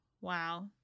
Wow